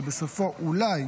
שבסופו הוא אולי,